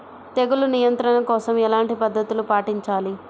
తెగులు నియంత్రణ కోసం ఎలాంటి పద్ధతులు పాటించాలి?